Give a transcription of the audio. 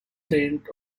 saint